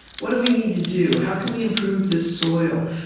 what do we need to do? how can we improve this soil?